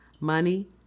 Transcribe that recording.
money